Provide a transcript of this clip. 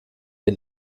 wir